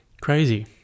crazy